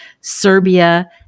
serbia